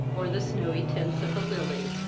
or the snowy tints of a lily.